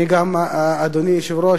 אדוני היושב-ראש,